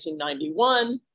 1991